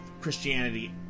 Christianity